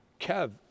Kev